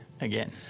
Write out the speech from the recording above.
again